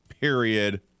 period